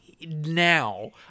now